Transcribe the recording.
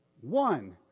One